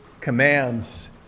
commands